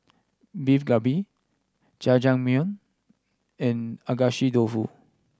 Beef Galbi Jajangmyeon and Agedashi Dofu